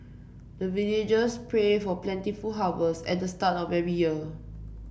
the villagers pray for plentiful harvest at the start of every year